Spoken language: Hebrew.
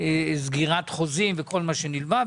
סגירת חוזים וכל מה שנלווה.